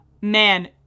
man